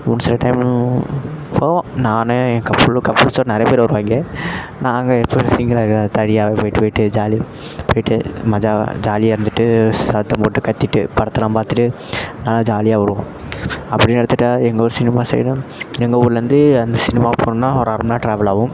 ஒரு சில டைம் அப்போது நான் என் கப்புலு கப்புல்ஸோடு நிறைய பேர் வருவாங்க நாங்கள் எப்பயும் சிங்கிளாக இருக்கற தனியாகவே போய்ட்டு போய்ட்டு ஜாலி போய்ட்டு மஜாவாக ஜாலியாக இருந்துட்டு சத்தம் போட்டு கத்திட்டு படத்தைலாம் பார்த்துட்டு நல்லா ஜாலியாக வருவோம் அப்படின்னு எடுத்துட்டால் எங்கள் ஊர் சினிமா சைடு எங்கள் ஊர்லேருந்து அந்த சினிமா போகணுன்னா ஒரு அரை மணிநேரம் ட்ராவல் ஆகும்